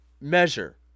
measure